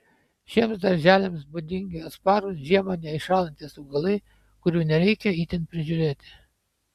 šiems darželiams būdingi atsparūs žiemą neiššąlantys augalai kurių nereikia itin prižiūrėti